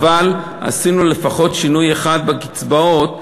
אבל עשינו לפחות שינוי אחד בקצבאות,